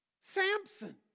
Samson